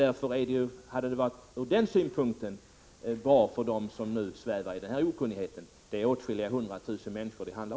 Ur den synpunkten hade det varit bra med ett besked för dem som nu svävar i okunnighet. Det handlar om åtskilliga hundra tusen människor.